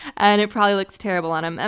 and it probably looks terrible on him. and